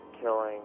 killing